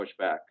pushback